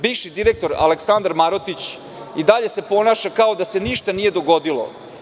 Bivši direktor, Aleksandar Marotić, i dalje se ponaša kao da se ništa nije dogodilo.